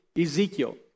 Ezekiel